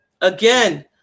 Again